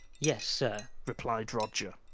yes, sir! replied roger.